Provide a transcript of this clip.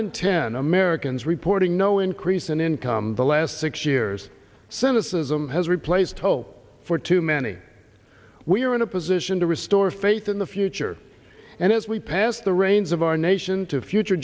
in ten americans reporting no increase in income the last six years cynicism has replaced hope for too many we are in a position to restore faith in the future and as we pass the reins of our nation to future